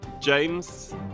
James